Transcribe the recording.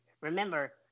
remember